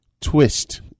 twist